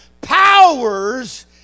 powers